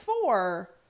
four